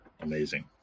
amazing